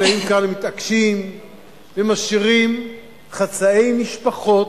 חלקם נמצאים כאן ומתעקשים ומשאירים חצאי משפחות,